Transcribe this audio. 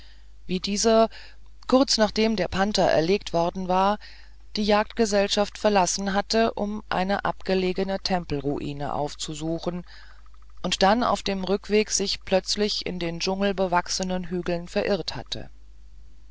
wie dieser kurz nachdem der panther erlegt worden war die jagdgesellschaft verlassen hatte um eine abgelegene tempelruine aufzusuchen und dann auf dem rückweg sich gänzlich in den dschungelnbewachsenen hügeln verirrt hatte